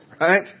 right